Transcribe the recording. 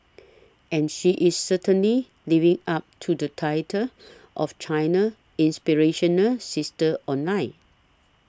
and she is certainly living up to the title of China's inspirational sister online